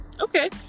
Okay